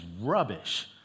rubbish